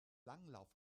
langlauf